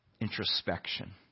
introspection